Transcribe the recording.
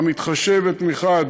המתחשבת מחד